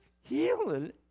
healing